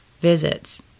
visits